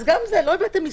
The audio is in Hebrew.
גם זה - לא הבאתם מספרים.